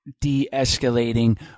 de-escalating